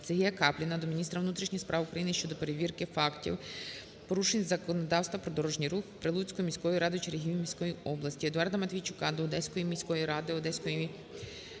СергіяКапліна до міністра внутрішніх справ України щодо перевірки фактів порушень законодавства про дорожній рух Прилуцькою міською радою Чернігівської області. Едуарда Матвійчука до Одеської міської ради, Одеської обласної